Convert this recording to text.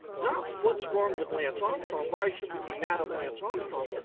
not what's wrong with lance armstrong, why should we be mad at lance armstrong?